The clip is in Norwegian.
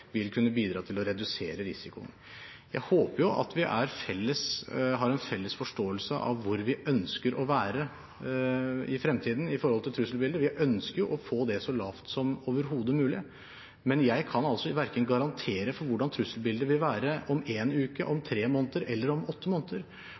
vil kunne bidra til å redusere risikoen. Jeg håper at vi har en felles forståelse av hvor vi ønsker å være i fremtiden i forhold til trusselbildet. Vi ønsker å få det så lavt som overhodet mulig. Men jeg kan altså ikke garantere for hvordan trusselbildet vil være om en uke eller om